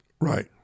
Right